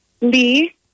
Lee